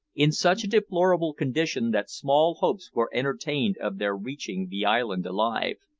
in such a deplorable condition that small hopes were entertained of their reaching the island alive.